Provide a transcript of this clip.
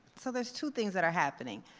so there's two things that are happening.